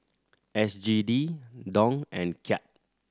S G D Dong and Kyat